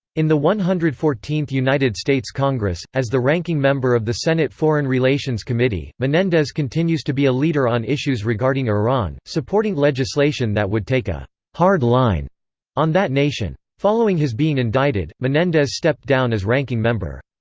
in the one hundred and fourteenth united states congress, as the ranking member of the senate foreign relations committee, menendez continues to be a leader on issues regarding iran, supporting legislation that would take a hard line on that nation. following his being indicted, menendez stepped down as ranking member.